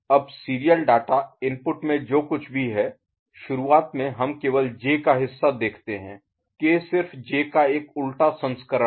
अब serial data input में जो कुछ भी है शुरुआत में हम केवल जे का हिस्सा देखते हैं के सिर्फ जे का एक उलटा संस्करण है